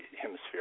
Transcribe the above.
hemisphere